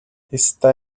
está